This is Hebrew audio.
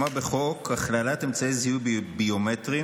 הוועדה המשותפת הוקמה בחוק הכללת אמצעי זיהוי ביומטריים